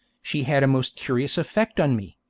she had a most curious effect on me,